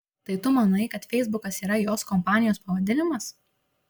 tai tu manai kad feisbukas yra jos kompanijos pavadinimas